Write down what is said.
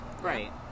Right